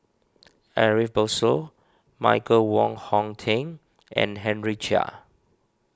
Ariff Bongso Michael Wong Hong Teng and Henry Chia